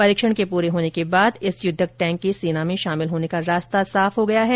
परीक्षण के पूरे होने के बाद इस युद्धक टैंक के सेना में शामिल होने का रास्ता साफ हो गया है